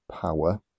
power